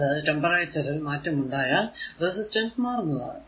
അതായതു ടെമ്പറേച്ചർ ൽ മാറ്റം ഉണ്ടായാൽ റെസിസ്റ്റൻസ് മാറുന്നതാണ്